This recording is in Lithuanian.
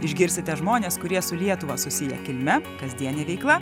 išgirsite žmones kurie su lietuva susiję kilme kasdiene veikla